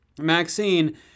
Maxine